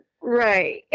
Right